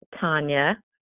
tanya